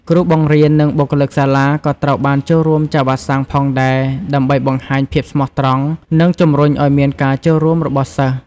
គ្រូបង្រៀន និងបុគ្គលិកសាលាក៏ត្រូវបានចូលរួមចាក់វ៉ាក់សាំងផងដែរ ដើម្បីបង្ហាញភាពស្មោះត្រង់ និងជម្រុញអោយមានការចូលរួមរបស់សិស្ស។